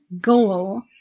goal